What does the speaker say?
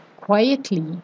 quietly